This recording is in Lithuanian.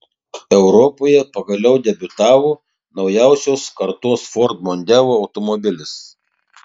europoje pagaliau debiutavo naujausios kartos ford mondeo automobilis